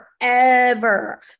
forever